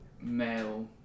male